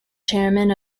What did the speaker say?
chairman